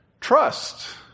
trust